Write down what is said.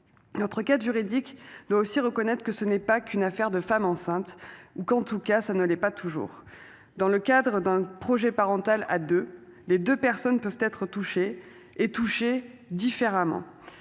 Notre cadre juridique doit aussi reconnaître que ce n'est pas qu'une affaire de femmes enceintes ou qu'en tout cas ça ne l'est pas toujours dans le cadre d'un projet parental à deux les deux personnes peuvent être touchées et touché différemment.